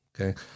Okay